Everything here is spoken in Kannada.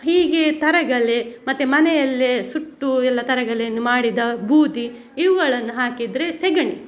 ಹೀಗೆ ತರಗಲೆ ಮತ್ತೆ ಮನೆಯಲ್ಲೆ ಸುಟ್ಟು ಎಲ್ಲ ತರಗಲೆಯನ್ನು ಮಾಡಿದ ಬೂದಿ ಇವುಗಳನ್ನು ಹಾಕಿದರೆ ಸಗಣಿ